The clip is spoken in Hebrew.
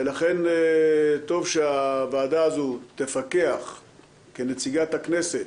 ולכן, טוב שהוועדה הזו תפקח כנציגת הכנסת,